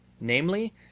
namely